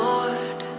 Lord